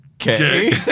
okay